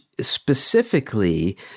specifically